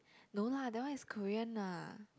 no lah that one is Korean lah